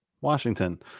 Washington